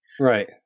Right